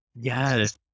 Yes